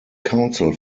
council